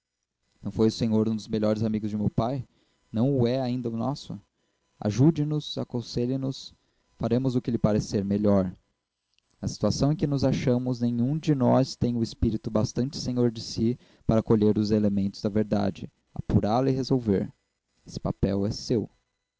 não foi o senhor um dos melhores amigos de meu pai não o é ainda nosso ajude nos aconselhe nos faremos o que lhe parecer melhor na situação em que nos achamos nenhum de nós tem o espírito bastante senhor de si para colher os elementos da verdade apurá la e resolver esse papel é seu